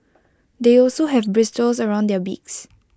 they also have bristles around their beaks